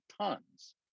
tons